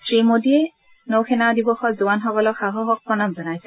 শ্ৰীমোদীয়ে নৌ সেনা দিৱসত জোৱানসকলৰ সাহসক প্ৰণাম জনাইছে